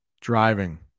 driving